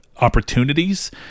opportunities